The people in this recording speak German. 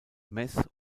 mess